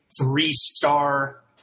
three-star